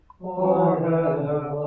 forever